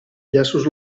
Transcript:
llaços